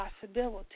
possibility